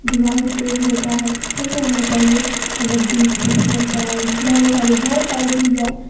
دماغ بھی تیز ہوتا ہے کھیلتے رہنا چاہیے کبڈی پکرم پکڑائی بہت سارے بہت سارے چیج ہے